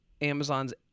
Amazon's